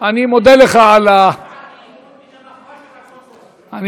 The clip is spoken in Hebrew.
אלא מחווה של רצון טוב.